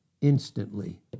instantly